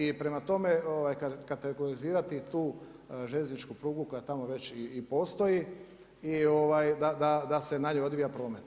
I prema tome kategorizirati tu željezničku prugu koja tamo već i postoji i da se na njoj odvija promet.